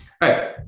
right